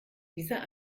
dieser